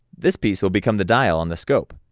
this piece will become the dial on the scope,